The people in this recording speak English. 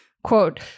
Quote